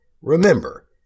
remember